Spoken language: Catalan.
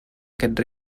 aquest